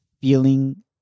feeling